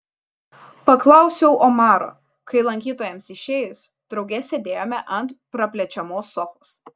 paklausiau omaro kai lankytojams išėjus drauge sėdėjome ant praplečiamos sofos